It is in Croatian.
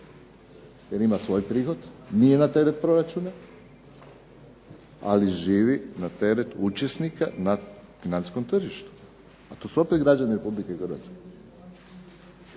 jer ima svoj prihod, nije na teret proračuna, ali živi na teret učesnika na financijskom tržištu, a to su opet građani Republike Hrvatske.